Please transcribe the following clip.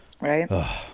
Right